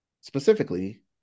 Specifically